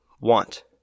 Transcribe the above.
want